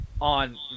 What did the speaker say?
on